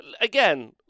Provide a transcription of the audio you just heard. Again